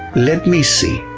let me see,